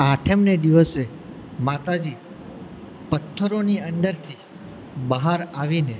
આઠમને દિવસે માતાજી પથ્થરોની અંદરથી બહાર આવીને